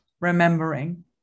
remembering